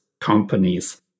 companies